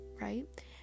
right